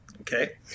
Okay